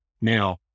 Now